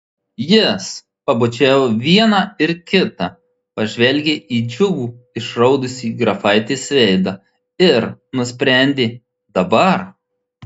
jis pabučiavo vieną ir kitą pažvelgė į džiugų išraudusį grafaitės veidą ir nusprendė dabar